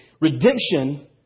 redemption